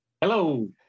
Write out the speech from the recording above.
Hello